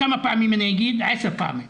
אני אגיד את זה עשר פעמים.